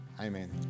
Amen